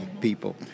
people